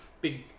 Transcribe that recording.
big